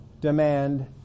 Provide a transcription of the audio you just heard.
demand